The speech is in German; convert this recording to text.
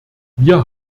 wir